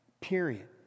Period